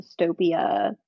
dystopia